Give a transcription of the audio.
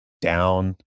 down